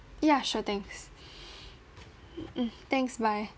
ya sure thanks mm thanks bye